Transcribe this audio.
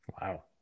Wow